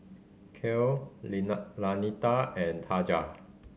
Kiel Lanita and Taja